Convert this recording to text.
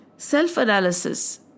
Self-analysis